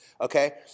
okay